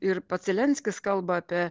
ir pats zelenskis kalba apie